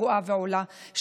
הגואה ועולה,